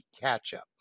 catch-up